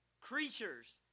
creatures